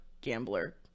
gambler